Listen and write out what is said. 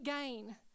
gain